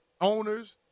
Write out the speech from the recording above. owners